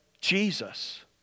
Jesus